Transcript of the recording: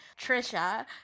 Trisha